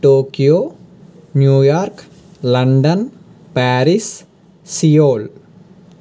Tokyo New York London Paris Seoul